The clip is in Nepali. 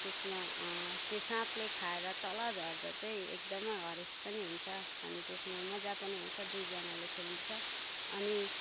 त्यसमा त्यो साँपले खाएर तल झर्दा चाहिँ एकदमै हरेस पनि हुन्छ अनि त्यसमा मजा पनि आउँछ दुईजनाले खेलिन्छ अनि